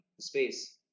space